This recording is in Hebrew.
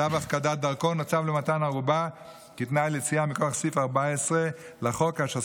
צו הפקדת דרכון או צו למתן ערובה כתנאי ליציאה מכוח סעיף 14 לחוק כאשר